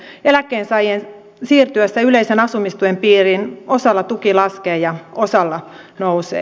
eläkkeensaajien siirtyessä yleisen asumistuen piiriin osalla tuki laskee ja osalla nousee